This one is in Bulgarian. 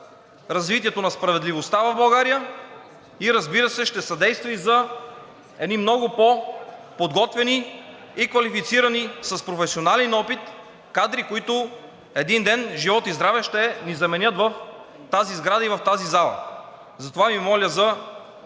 развитието на справедливостта в България и, разбира се, ще съдейства и за едни много по-подготвени, квалифицирани и с професионален опит кадри, които един ден, живот и здраве, ще ни заменят в тази сграда и в тази зала. Затова Ви моля за